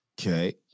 Okay